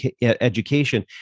education